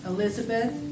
Elizabeth